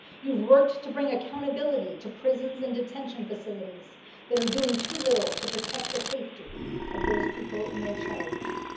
you've worked to bring accountability to prisons and detention facilities that are doing too little to protect the safety of those people in their charge.